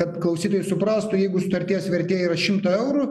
kad klausytojai suprastų jeigu sutarties vertė yra šimto eurų